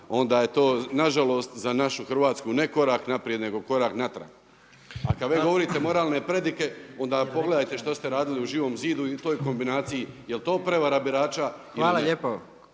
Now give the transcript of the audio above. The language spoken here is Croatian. onda je to na žalost za našu Hrvatsku ne korak naprijed, nego korak natrag. A kad već govorite moralne predike onda pogledajte što ste radili u Živom zidu i toj kombinaciji. Jel' to prevara birača ili ne?